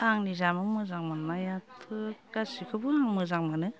आंनि जामुं मोजां मोननायाथ' गासिखौबो आं मोजां मोनो